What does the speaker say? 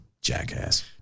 Jackass